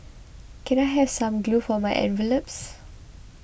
can I have some glue for my envelopes